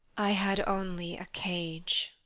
i had only a cage.